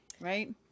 right